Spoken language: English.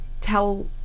Tell